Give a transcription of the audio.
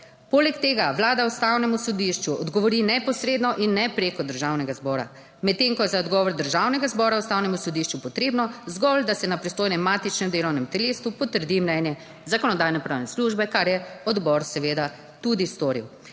Poleg tega vlada Ustavnemu sodišču odgovori neposredno in ne preko Državnega zbora, medtem ko je za odgovor Državnega zbora Ustavnemu sodišču potrebno zgolj, da se na pristojnem matičnem delovnem telesu potrdi mnenje Zakonodajno- pravne službe. Kar je odbor seveda tudi storil.